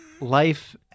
life